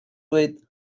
with